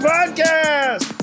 Podcast